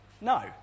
No